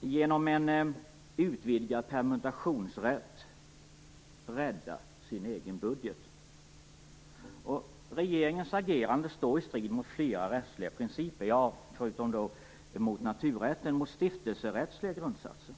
genom en utvidgad permutationsrätt rädda den egna budgeten. Regeringens agerande står i strid med flera rättsliga principer - förutom naturrätten även stiftelserättsliga grundsatser.